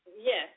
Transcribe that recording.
Yes